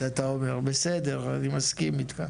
קשה להיות אתה אומר, בסדר אני מסכים איתך.